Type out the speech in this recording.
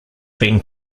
then